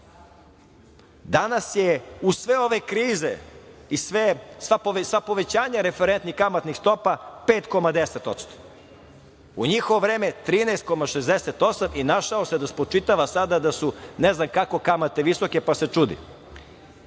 Danas je, uz sve ove krize i sva povećanja referentnih kamatnih stopa, 5,10%. U njihovo vreme 13,68 i našao se da spočitava sada da su ne znam kako kamate visoke pa se